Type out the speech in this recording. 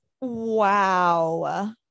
wow